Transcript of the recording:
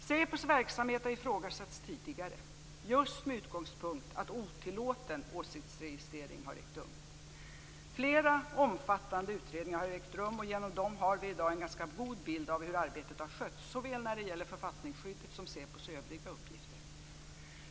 SÄPO:s verksamhet har ifrågasatts tidigare just med utgångspunkten att otillåten åsiktsregistrering har ägt rum. Flera omfattande utredningar har ägt rum, och genom dem har vi i dag en ganska god bild av hur arbetet har skötts såväl när det gäller författningsskyddet som SÄPO:s övriga uppgifter.